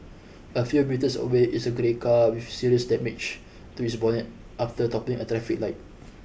a few metres away is a grey car with serious damage to its bonnet after toppling a traffic light